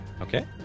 Okay